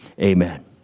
Amen